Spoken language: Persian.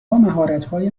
مهارتهای